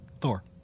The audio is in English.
Thor